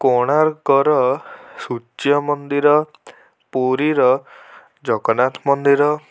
କୋଣାର୍କର ସୂର୍ଯ୍ୟ ମନ୍ଦିର ପୁରୀର ଜଗନ୍ନାଥ ମନ୍ଦିର